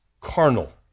carnal